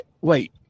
wait